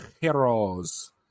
heroes